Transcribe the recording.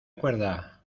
cuerda